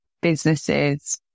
businesses